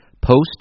Post